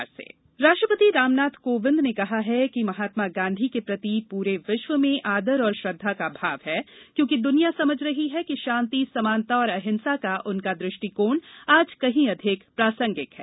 राष्ट्रपति राष्ट्रपति रामनाथ कोविंद ने कहा है कि महात्मा गांधी के प्रति पूरे विश्व में आदर और श्रद्दा का भाव है क्योंकि दुनिया समझ रही है कि शांति समानता और अहिंसा का उनका दृष्टिकोण आज कहीं अधिक प्रासंगिक है